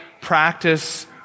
practice